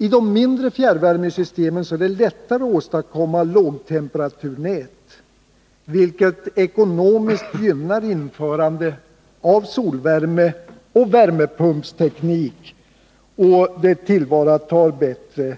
I de mindre fjärrvärmesystemen är det lättare att åstadkomma lågtemperaturnät, vilket ekonomiskt gynnar införandet av solvärmeoch värmepumpsteknik samt bättre tillvaratagande